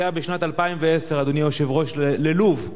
נוסע בשנת 2010, אדוני היושב-ראש, ללוב,